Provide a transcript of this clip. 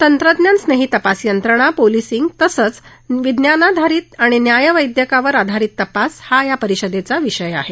तंत्रज्ञान स्नेही तपास यंत्रणा आणि पोलिसिंग तसंच विज्ञानाधरित न्यायवैदयकावर आधारित तपास हा या परिषदेचा विषय आहे